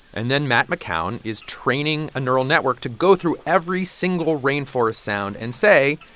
and then matt mckown is training a neural network to go through every single rainforest sound and say,